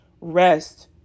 rest